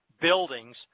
buildings